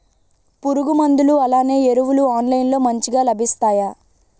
పురుగు మందులు అలానే ఎరువులు ఆన్లైన్ లో మంచిగా లభిస్తాయ?